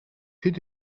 хэд